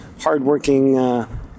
hardworking